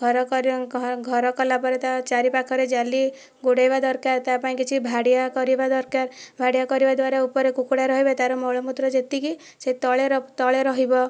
ଘର ଘର କଲାପରେ ତାର ଚାରି ପାଖରେ ଜାଲି ଘୋଡ଼ାଇବା ଦରକାର ତା ପାଇଁ କିଛି ଭାଡ଼ିଆ କରିବା ଦରକାର ଭାଡ଼ିଆ କରିବା ଦ୍ୱାରା ଉପରେ କୁକୁଡ଼ା ରହିବେ ତାର ମଳ ମୂତ୍ର ଯେତିକି ସେ ତଳେ ତଳେ ରହିବ